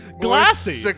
glassy